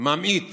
ממעיט